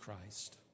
Christ